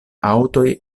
aŭtoj